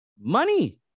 Money